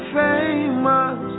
famous